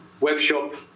webshop